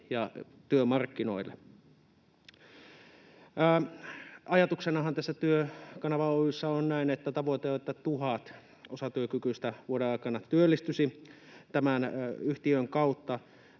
ja työmarkkinoille. Ajatuksenahan tässä Työkanava Oy:ssä on se, että tavoite on, että 1 000 osatyökykyistä vuoden aikana työllistyisi tämän yhtiön kautta.